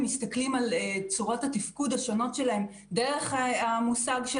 מסתכלים על צורות התפקוד השונות שלהם דרך המושג של